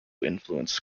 influence